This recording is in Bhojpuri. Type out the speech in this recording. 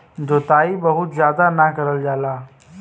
जोताई बहुत जादा ना करल जाला